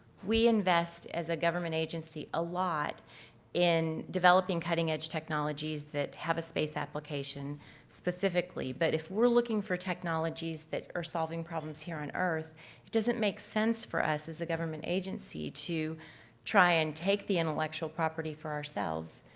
we invest as a government agency a lot in developing cutting-edge technologies that have a space application specifically but if we're looking for technologies that are solving problems here on earth, it doesn't make sense for us as a government agency to try and take the intellectual property for ourselves.